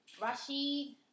Rashid